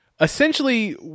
Essentially